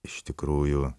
iš tikrųjų